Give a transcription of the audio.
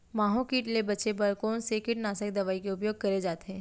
माहो किट ले बचे बर कोन से कीटनाशक दवई के उपयोग करे जाथे?